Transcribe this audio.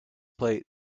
plate